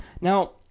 Now